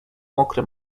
mokre